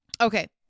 Okay